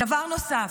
דבר נוסף,